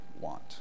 want